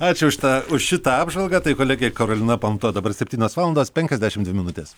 ačiū už tą už šitą apžvalgą tai kolegė karolina panto dabar septynios valandos penkiasdešim dvi minutės